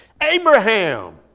Abraham